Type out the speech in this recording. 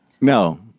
No